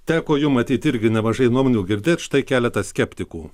teko jum matyt irgi nemažai nuomonių girdėt štai keletas skeptikų